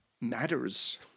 matters